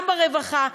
גם ברווחה.